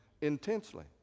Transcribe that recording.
intensely